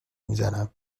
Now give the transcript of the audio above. میزنم